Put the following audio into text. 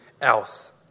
else